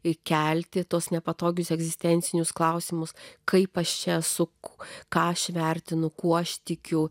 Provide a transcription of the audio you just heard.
ir kelti tuos nepatogius egzistencinius klausimus kaip aš čia suku ką aš vertinu kuo aš tikiu